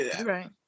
Right